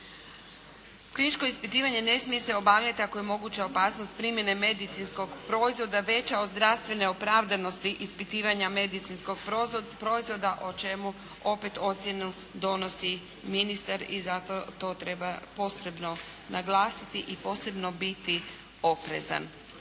Kliničko ispitivanje ne smije se obavljati ako je moguća opasnost primjene medicinskog proizvoda veća od zdravstvene opravdanosti ispitivanja medicinskog proizvoda o čemu opet ocjenu donosi ministar i zato to treba posebno naglasiti i posebno biti oprezan.